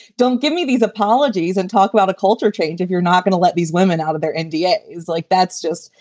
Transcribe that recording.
don't give me these apologies and talk about a culture change if you're not going to let these women out of there. india is like that's just,